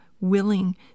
willing